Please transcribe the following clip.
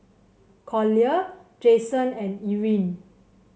Collier Jayson and Erin